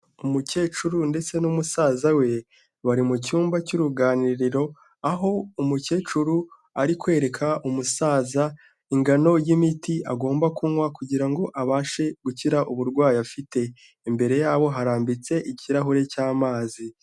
Umukecuru ndetse n'musaza we bari mu cyumba cy'uruganiriro aho umukecuru ari kwereka umusaza ingano y'imiti agomba kunywa kugira ngo abashe gukira uburwayi afite, imbere yabo harambitse ikirahure cy'amazi.